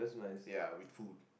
ya with food